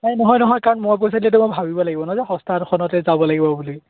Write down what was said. নাই নহয় নহয় কাৰণ মই কৈছো যিহেতু মই ভাবিব লাগিব নহয় যে সস্তানখনতে যাব লাগিব বুলি